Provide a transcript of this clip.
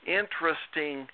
interesting